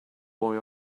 boy